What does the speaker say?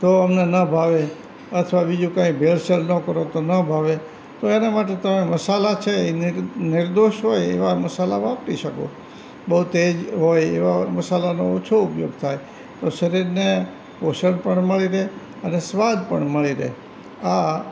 તો અમને ન ભાવે અથવા બીજું કંઇ ભેળસેળ ના કરો તો ન ભાવે તો એના માટે તમે મસાલા છે એ નિર્દોષ હોય એવા મસાલા વાપરી શકો બહુ તેજ હોય એવા મસાલાનો ઓછો ઉપયોગ થાય તો શરીરને પોષણ પણ મળી રહે અને સ્વાદ પણ મળી રહે આ